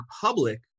public